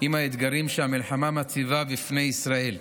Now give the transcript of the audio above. עם האתגרים שהמלחמה מציבה בפני ישראל.